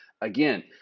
Again